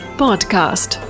podcast